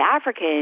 African